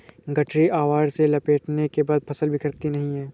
गठरी आवरण से लपेटने के बाद फसल बिखरती नहीं है